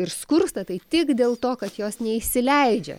ir skursta tai tik dėl to kas jos neįsileidžia